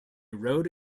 rode